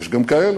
יש גם כאלה,